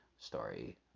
story